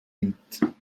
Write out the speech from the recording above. nit